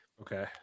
Okay